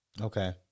Okay